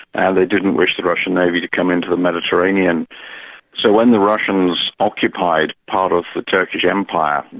and they didn't wish the russian navy to come into the mediterranean so when the russians occupied part of the turkish empire,